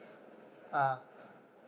ah